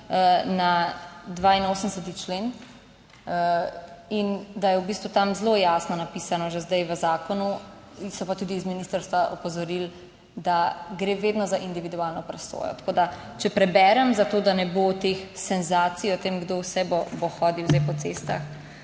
na 82. člen, in da je v bistvu tam zelo jasno napisano že zdaj v zakonu, so pa tudi z ministrstva opozorili, da gre vedno za individualno presojo, tako da, če preberem, za to, da ne bo teh senzacij o tem, kdo vse bo hodil zdaj po cestah.